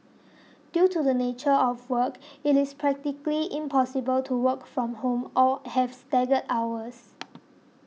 due to the nature of work it is practically impossible to work from home or have staggered hours